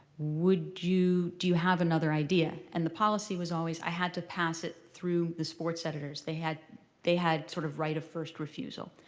do do you have another idea? and the policy was always i had to pass it through the sports editors. they had they had sort of right of first refusal.